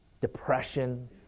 depression